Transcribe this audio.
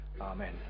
Amen